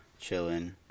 chilling